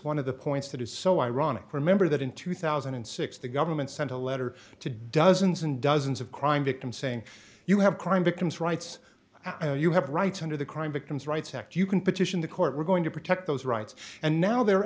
one of the points that is so ironic remember that in two thousand and six the government sent a letter to dozens and dozens of crime victims saying you have crime victims rights i know you have rights under the crime victims rights act you can petition the court we're going to protect those rights and now they're